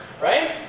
right